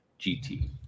GT